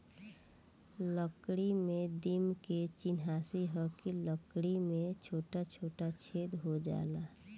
लकड़ी में दीमक के चिन्हासी ह कि लकड़ी में छोटा छोटा छेद हो जाला